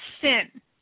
Sin